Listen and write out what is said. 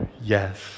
Yes